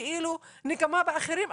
כאילו נקמה באחרים,